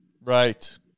Right